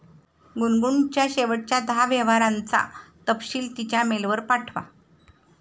गुनगुनच्या शेवटच्या दहा व्यवहारांचा तपशील तिच्या मेलवर पाठवा